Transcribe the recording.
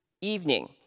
evening